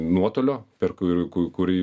nuotolio per kuriu ku kurį